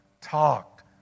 talked